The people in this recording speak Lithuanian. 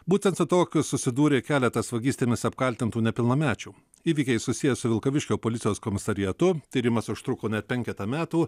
būtent su tokiu susidūrė keletas vagystėmis apkaltintų nepilnamečių įvykiai susiję su vilkaviškio policijos komisariatu tyrimas užtruko net penketą metų